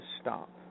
stop